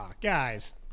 Guys